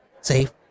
Safe